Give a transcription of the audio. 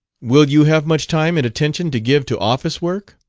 will you have much time and attention to give to office-work?